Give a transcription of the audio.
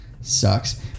sucks